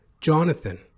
Jonathan